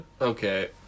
Okay